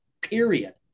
Period